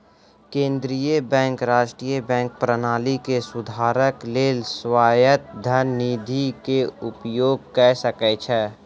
केंद्रीय बैंक राष्ट्रीय बैंक प्रणाली के सुधारक लेल स्वायत्त धन निधि के उपयोग कय सकै छै